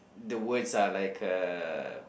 the words are like a